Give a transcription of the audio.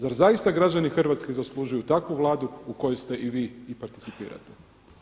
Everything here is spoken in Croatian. Zar zaista građani Hrvatske zaslužuju takvu Vladu u kojoj ste i vi i participirate?